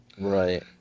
Right